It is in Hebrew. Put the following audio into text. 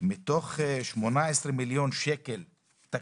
מתוך תקציב של 18 מיליון שקל,